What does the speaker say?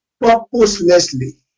purposelessly